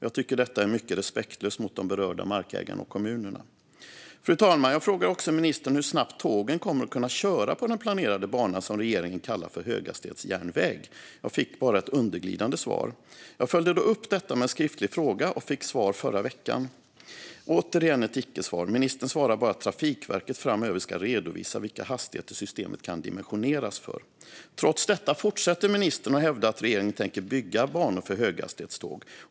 Jag tycker att detta är mycket respektlöst mot de berörda markägarna och kommunerna. Fru talman! Jag frågade också ministern hur snabbt tågen kommer att kunna köra på den planerade bana som regeringen kallar höghastighetsjärnväg. Jag fick bara ett undanglidande svar. Jag följde då upp detta med en skriftlig fråga och fick svar förra veckan. Det var återigen ett icke-svar. Ministern svarade bara att Trafikverket framöver ska redovisa vilka hastigheter systemet kan dimensioneras för. Trots detta fortsätter ministern att hävda att regeringen tänker bygga banor för höghastighetståg.